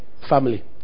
family